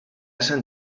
se’n